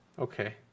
Okay